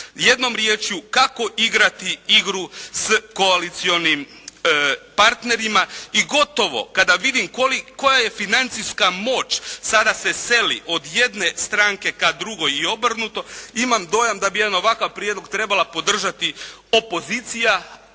Jednom riječju kako igrati igru sa koalicionim partnerima i gotovo kada vidim koja je financijska moć sada se seli od jedne stranke ka drugoj i obrnuto imam dojam da bi jedan ovakav prijedlog trebala podržati opozicija,